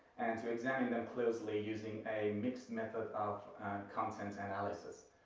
and to examine them closely using a mixed method of content analysis.